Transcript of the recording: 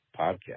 podcast